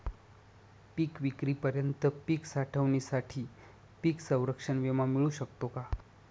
पिकविक्रीपर्यंत पीक साठवणीसाठी पीक संरक्षण विमा मिळू शकतो का?